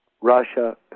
Russia